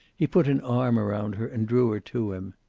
he put an arm around her and drew her to him.